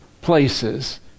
places